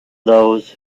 those